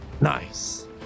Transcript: Nice